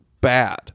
bad